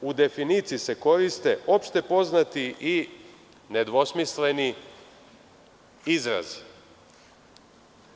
U definiciji se koriste opšte poznati i nedvosmisleni izrazi.